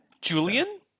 Julian